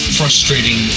frustrating